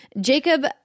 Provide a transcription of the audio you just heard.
Jacob